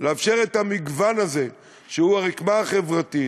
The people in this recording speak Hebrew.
לאפשר את המגוון הזה שהוא הרקמה החברתית